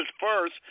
first